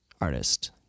artist